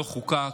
לא חוקק,